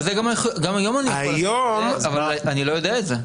אבל גם היום אני יכול לעשות את זה אבל אני לא יודע את זה.